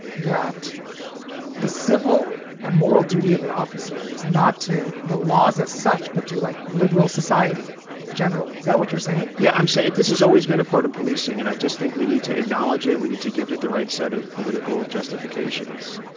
that the civil and moral duty of an officer is not to the laws as such, but to like liberal society yeah generally. is that what you're saying? yeah, i'm say this has always been a part of policing and i just think we need to acknowledge it. we need to give it the right set of political justifications.